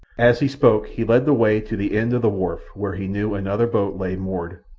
as he spoke he led the way to the end of the wharf where he knew another boat lay moored,